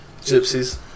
gypsies